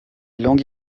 langue